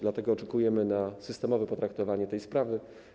Dlatego oczekujemy na systemowe potraktowanie tej sprawy.